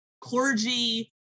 clergy